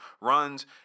runs